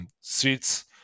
seats